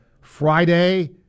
Friday